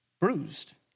bruised